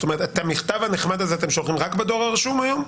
זאת אומרת שאת המכתב הנחמד הזה אתם שולחים רק בדואר הרשום היום?